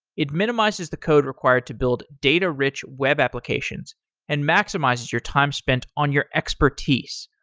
it minimizes the code required to build data-rich web applications and maximizes your time spent on your expertise.